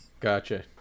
Gotcha